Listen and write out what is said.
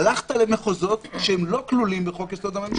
הלכת למחוזות שהם לא כלולים בחוק יסוד: הממשלה.